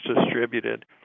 distributed